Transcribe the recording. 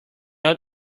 old